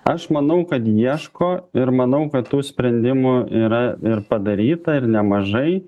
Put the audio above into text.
aš manau kad ieško ir manau kad tų sprendimų yra ir padaryta ir nemažai